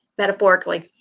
Metaphorically